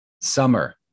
Summer